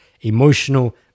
emotional